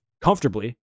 comfortably